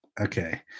Okay